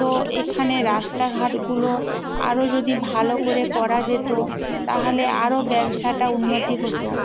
তো এখানে রাস্তাঘাটগুলো আরও যদি ভালো করে করা যেত তাহলে আরও ব্যবসাটা উন্নতি হত